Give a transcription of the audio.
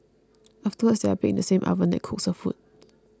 afterwards they are baked in the same oven that cooks her food